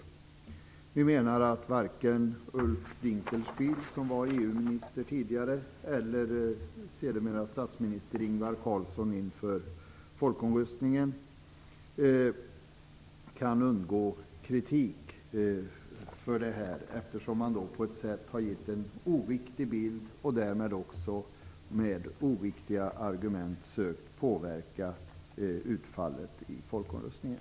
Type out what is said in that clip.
Vi menar att varken Ulf Dinkelspiel, som tidigare var EU-minister, eller sedermera statsminister Ingvar Carlsson kan undgå kritik när det gäller folkomröstningen, eftersom man har gett en oriktig bild och därmed också med oriktiga argument sökt påverka utfallet i folkomröstningen.